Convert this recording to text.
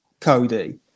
Cody